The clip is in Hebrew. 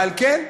ועל כן,